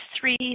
three